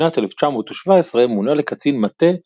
ובשנת 1917 מונה לקצין מטה